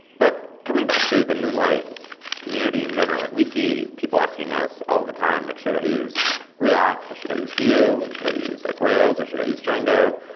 but coming back to the moonlight community in general, like we see people asking us all the time like, should i use react, or should i use vue? should i use like rails, or should i use django?